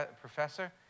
professor